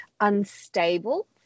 unstable